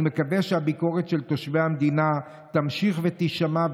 אני מקווה שהביקורת של תושבי המדינה תמשיך ותישמע,